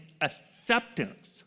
acceptance